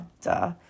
Duh